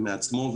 מעצמו,